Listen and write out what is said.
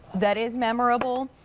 that is memorable,